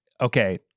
okay